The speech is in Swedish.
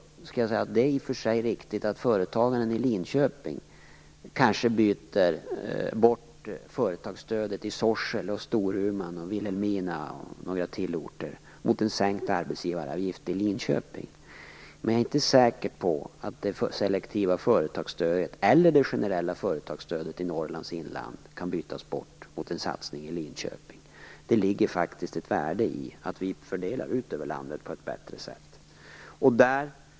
Det är i för sig riktigt att en företagare i Linköping kanske byter bort företagsstödet i Sorsele, Storuman och Vilhelmina mot en sänkt arbetsgivaravgift i Linköping. Men jag är inte säker på att det selektiva eller generella företagsstödet i Norrlands inland kan bytas ut mot en satsning i Linköping. Det ligger ett värde i att stödet fördelas ut över landet på ett bättre sätt.